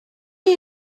chi